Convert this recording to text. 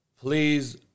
please